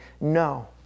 no